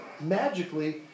magically